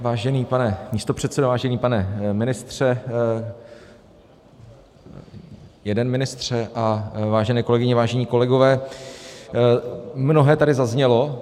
Vážený pane místopředsedo, vážený pane ministře jeden ministře a vážené kolegyně, vážení kolegové, mnohé tady zaznělo.